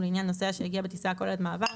ולעניין נוסע שהגיע בטיסה הכוללת מעבר,